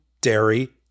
dairy